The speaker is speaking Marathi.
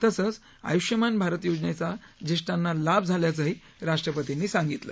तसंच आय्ष्मान भारत योजनेचा ज्येष्ठांना लाभ झाल्याचंही राष्ट्रपर्तींनी सांगितलं